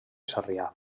sarrià